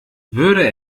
würde